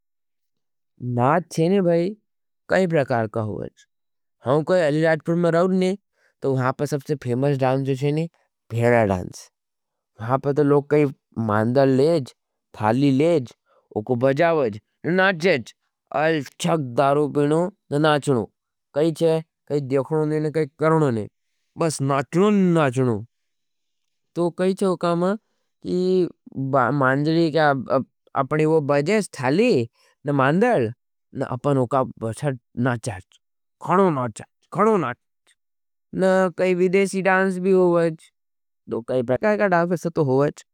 नाच हज ने भाई, काई प्रकार कहो हज। हम कोई अलिराजपुर में रहो ने, तो वहाँ पर सबसे फेमेश डांस हज ने, भेडा डांस। वहाँ पर तो लोग काई मांदर लेज, थाली लेज, वो को बजावज, न नाचेज। अलच्छक दारो पेणो न नाचनो। कही छे, कही देखनो ने न कही करणो ने। बस नाचनो न नाचनो। तो कही छे होगा मांदर लेज, अपनी वो बजेज, थाली न मांदर लेज। न अपने होगा प्रकार नाचेज। खणो नाचेज। खणो नाचेज।